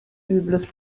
übles